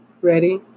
Ready